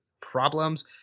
problems